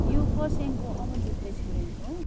यो खरसाङको अमरजित रेस्टुरेन्ट हो